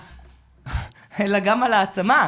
אלא גם על העצמה.